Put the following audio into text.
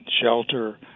shelter